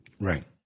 Right